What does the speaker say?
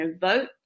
vote